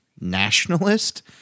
nationalist